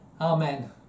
Amen